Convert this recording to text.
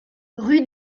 rue